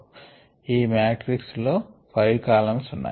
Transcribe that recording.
ఈ మాట్రిక్స్ లో 5 కాలమ్స్ ఉన్నాయి